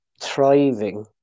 thriving